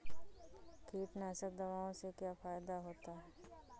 कीटनाशक दवाओं से क्या फायदा होता है?